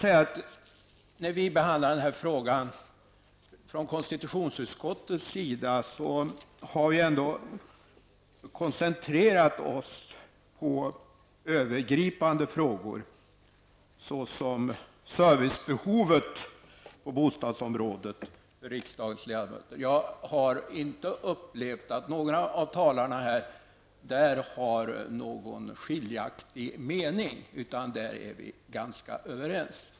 När vi behandlade det här ärendet i konstitutionsutskottet koncentrerade vi oss på övergripande frågor, såsom riksdagens ledamöters servicebehov när det gäller bostäder. Jag har inte upplevt att några av talarna i det fallet har någon skiljaktig mening, utan där är vi ganska överens.